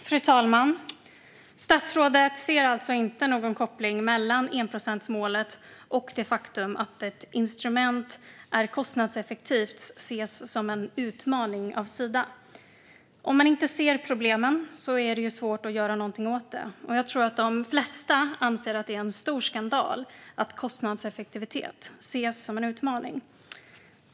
Fru talman! Statsrådet ser inte någon koppling mellan enprocentsmålet och att det faktum att ett instrument är kostnadseffektivt ses som en utmaning av Sida. Om man inte ser problemen är det svårt att göra någonting åt dem. Jag tror att de flesta anser att det är en stor skandal att kostnadseffektivitet ses som en utmaning.